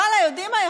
ואללה, יודעים מה?